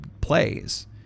plays